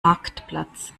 marktplatz